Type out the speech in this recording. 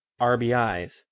RBIs